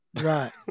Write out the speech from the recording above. Right